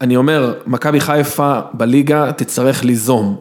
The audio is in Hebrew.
אני אומר, מכבי חיפה, בליגה תצטרך ליזום.